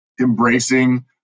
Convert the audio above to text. embracing